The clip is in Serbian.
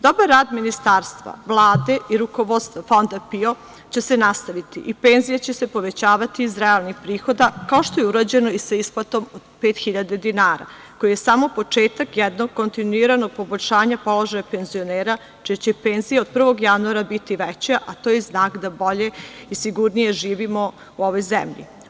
Dobar rad ministarstva, Vlade i rukovodstva Fonda PIO će se nastaviti i penzije će se povećavati iz realnih prihoda, kao što je urađeno i sa isplatom 5.000 dinara, što je samo početak jednog kontinuiranog poboljšanja položaja penzionera, čije će penzije od 1. januara biti veće, a to je znak da bolje i sigurnije živimo u ovoj zemlji.